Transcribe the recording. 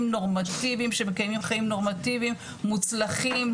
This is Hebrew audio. נורמטיביים שמקיימים חיים נורמטיביים מוצלחים,